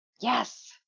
yes